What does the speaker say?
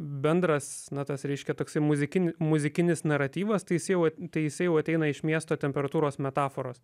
bendras na tas reiškia toksai muzikin muzikinis naratyvas tai jisai jau tai jisai jau ateina iš miesto temperatūros metaforos